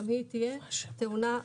גם היא תהיה טעונה רישיון.